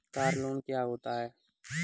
Car loan क्या होता है?